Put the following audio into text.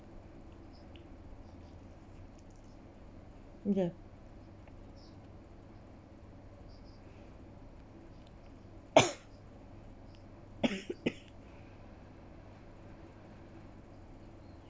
ya